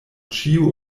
ĉiu